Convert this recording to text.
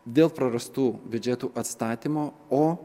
dėl prarastų biudžetų atstatymo o